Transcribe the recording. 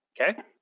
Okay